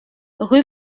rue